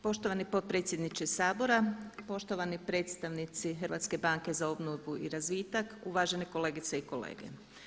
Poštovani potpredsjedniče Sabora, poštovani predstavnici Hrvatske banke za obnovu i razvitak, uvažene kolegice i kolege.